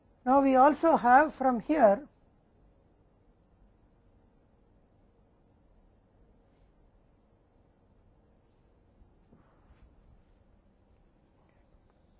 यहाँ से हम जानते हैं कि t 2 बराबर है IM by P minus D द्वारा तो यह P में होगा संदर्भ स्लाइड समय 0732 t2 P माइनस D द्वारा IM है